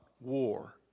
war